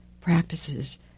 practices